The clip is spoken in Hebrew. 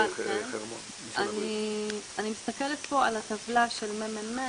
אני מסתכלת פה על הטבלה של הממ"מ,